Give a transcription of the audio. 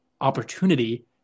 opportunity